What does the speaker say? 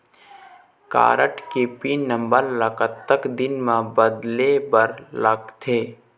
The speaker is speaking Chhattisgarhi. कारड के पिन नंबर ला कतक दिन म बदले बर लगथे?